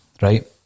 right